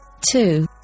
two